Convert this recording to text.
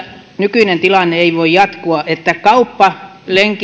nykyinen tilanne ei voi jatkua että kauppa